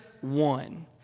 one